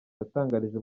yatangarije